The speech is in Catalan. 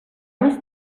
més